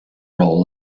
roll